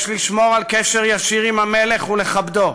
יש לשמור על קשר ישיר עם המלך ולכבדו,